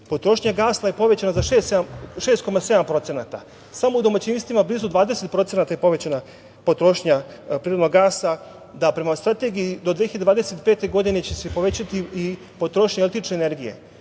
Potrošnja gasa je povećana za 6,7%. Samo u domaćinstvima blizu 20% je povećana potrošnja prirodnog gasa. Prema strategiji do 2025. godine će se povećati i potrošnja električne energije